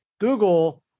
Google